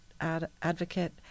advocate